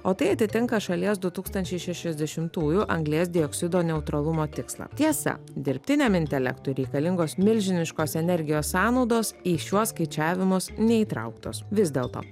o tai atitinka šalies du tūkstančiai šešiasdešimtųjų anglies dioksido neutralumo tikslą tiesa dirbtiniam intelektui reikalingos milžiniškos energijos sąnaudos į šiuos skaičiavimus neįtrauktos vis dėlto